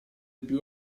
più